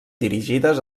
dirigides